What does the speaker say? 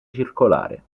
circolare